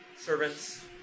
servants